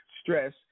stress